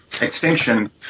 extinction